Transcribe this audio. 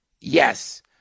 yes